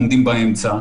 עומדים באמצע,